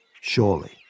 Surely